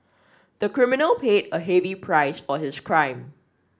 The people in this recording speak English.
the criminal paid a heavy price for his crime